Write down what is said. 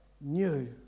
new